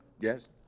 yes